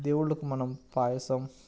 దేవుళ్ళకు మనం పాయసం